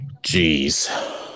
Jeez